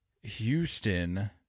Houston –